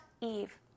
Eve